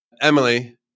Emily